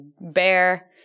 bear